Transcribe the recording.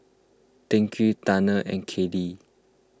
Tyquan Tanner and Kaylee